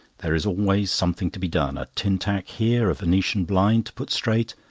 there is always something to be done a tin-tack here, a venetian blind to put straight,